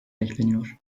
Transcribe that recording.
bekleniyor